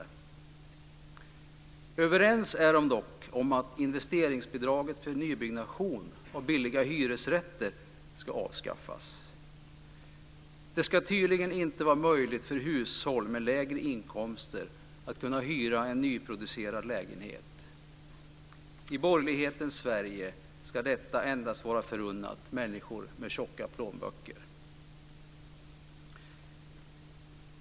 De borgerliga är dock överens om att investeringsbidraget för nybyggnation av billiga hyresrätter ska avskaffas. Det ska tydligen inte vara möjligt för hushåll med lägre inkomster att kunna hyra en nyproducerad lägenhet. I borgerlighetens Sverige ska detta endast vara förunnat människor med tjocka plånböcker.